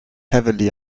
heavily